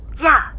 Ja